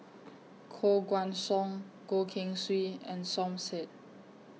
Koh Guan Song Goh Keng Swee and Som Said